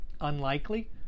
unlikely